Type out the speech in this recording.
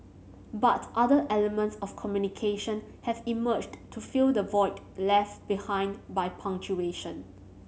but other elements of communication have emerged to fill the void left behind by punctuation